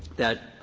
that